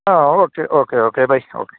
ആ okay okay okay bye okay